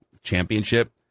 championship